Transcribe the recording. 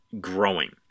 growing